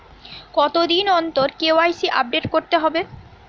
কতদিন অন্তর KYC update করতে হবে?